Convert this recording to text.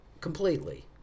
completely